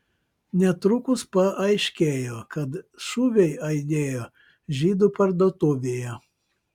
netrukus paaiškėjo kad šūviai aidėjo žydų parduotuvėje